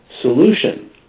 solution